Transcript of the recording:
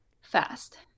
Fast